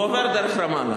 שעובר דרך רמאללה.